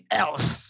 else